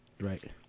Right